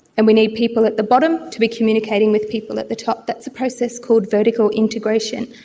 and we need people at the bottom to be communicating with people at the top. that's a process called vertical integration.